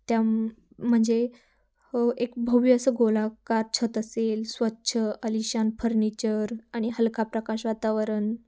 त्या म्हणजे ह एक भव्य असं गोलाकार छत असेल स्वच्छ आलिशान फर्निचर आणि हलका प्रकाश वातावरण